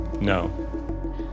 No